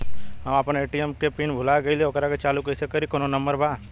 हम अपना ए.टी.एम के पिन भूला गईली ओकरा के चालू कइसे करी कौनो नंबर बा?